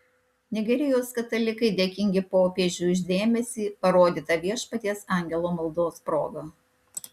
nigerijos katalikai dėkingi popiežiui už dėmesį parodytą viešpaties angelo maldos proga